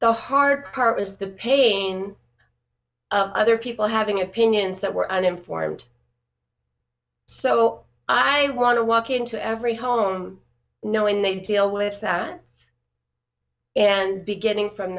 the hard part was the pain of other people having opinions that were uninformed so i want to walk into every home knowing they deal with that and beginning from